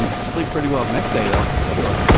um sleep pretty well the next day, though, for sure